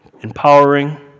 empowering